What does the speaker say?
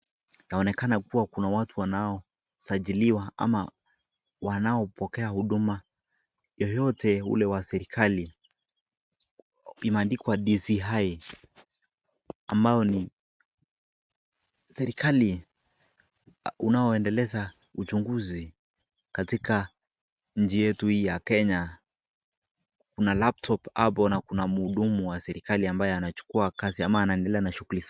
Inaonekana kuwa watu wanaosajiliwa, ama wanaopokea huduma yeyote ule wa serikali, imeandikwa DCI ambayo ni serikali unaoendeleza uchunguzi katika nchi yetu hii ya Kenya. Kuna laptop hapo na kuna muhudumu wa serikali ambaye anachukua kazi ama anaendelea na shughuli.